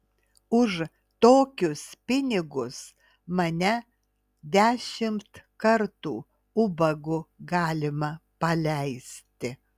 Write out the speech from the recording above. už tokius pinigus mane dešimt kartų ubagu galima paleisti